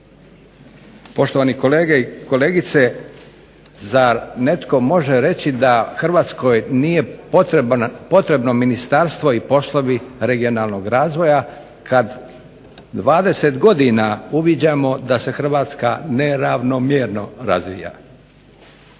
Poštovani kolege i kolegice, zar netko može reći da Hrvatskoj nije potrebno ministarstvo i poslovi regionalnog razvoja kad 20 godina uviđamo da se Hrvatska neravnomjerno razvija.